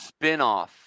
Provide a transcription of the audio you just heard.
spinoff